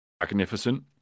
magnificent